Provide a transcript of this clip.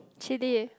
chili